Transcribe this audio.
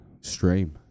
stream